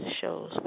shows